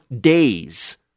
days